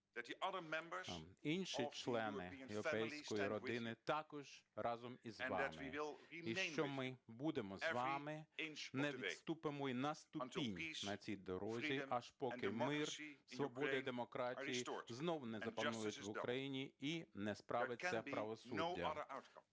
інші члени європейської родини також разом із вами і що ми будемо з вами, не відступимо і на ступінь на цій дорозі, аж поки мир, свобода і демократія знову не запанують в Україні і не справиться правосуддя.